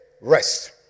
rest